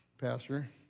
Pastor